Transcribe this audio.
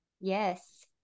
Yes